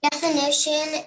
definition